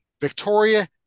Victoria